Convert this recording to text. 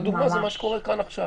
והדוגמה זה מה שקורה כאן עכשיו.